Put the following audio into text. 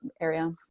area